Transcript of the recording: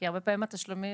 כי הרבה פעמים התשלומים,